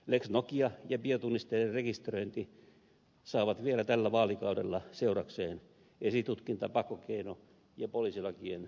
lex nokia ja biotunnisteiden rekisteröinti saavat vielä tällä vaalikaudella seurakseen esitutkinta pakkokeino ja poliisilakien uudistuksia